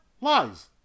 Lies